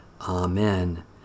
Amen